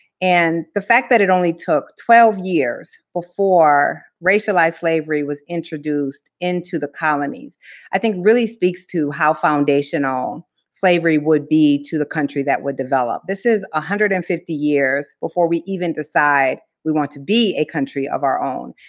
and the fact that it only took twelve years before racialized slavery was introduced into the colonies i think really speaks to how foundational slavery would be to the country that would develop. this is one ah hundred and fifty years before we even decide we want to be a country of our own.